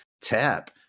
tap